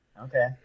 Okay